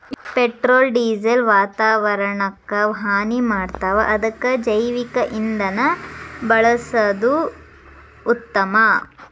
petrol diesel ವಾತಾವರಣಕ್ಕ ಹಾನಿ ಮಾಡ್ತಾವ ಅದಕ್ಕ ಜೈವಿಕ ಇಂಧನಾ ಬಳಸುದ ಉತ್ತಮಾ